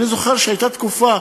אני זוכר שהייתה תקופה,